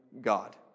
God